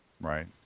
Right